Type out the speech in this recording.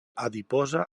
adiposa